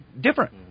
different